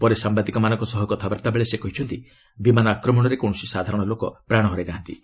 ପରେ ସାମ୍ବାଦିକମାନଙ୍କ ସହ କଥାବାର୍ତ୍ତାବେଳେ ସେ କହିଛନ୍ତି ବିମାନ ଆକ୍ରମଣରେ କୌଣସି ସାଧାରଣ ଲୋକ ପ୍ରାଣ ହରାଇ ନାହାନ୍ତି